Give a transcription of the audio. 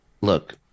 look